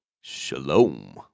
shalom